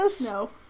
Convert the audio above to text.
no